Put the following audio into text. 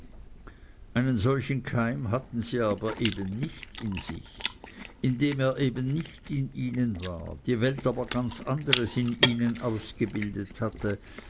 einen solchen keim hatten sie aber eben nicht in sich indem er eben nicht in ihnen war die welt aber ganz anderes in ihnen ausgebildet hatte